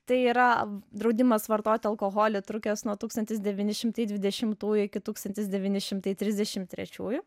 tai yra draudimas vartoti alkoholį trukęs nuo tūkstantis devyni šimtai dvidešimtųjų iki tūkstantis devyni šimtai trisdešimt trečiųjų